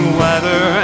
weather